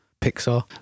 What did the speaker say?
Pixar